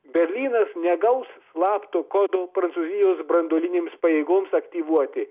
berlynas negaus slapto kodo prancūzijos branduolinėms pajėgoms aktyvuoti